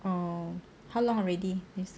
oh how long already this